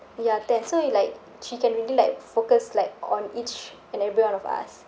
ya ten so you like she can really like focus like on each and every one of us